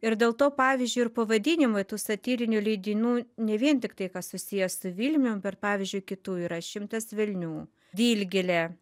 ir dėl to pavyzdžiui ir pavadinimai tų satyrinių leidinių ne vien tik tai kas susiję su vilnium bet pavyzdžiui kitų yra šimtas velnių dilgėlė